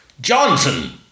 Johnson